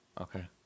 Okay